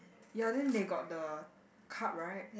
ya then they got the card right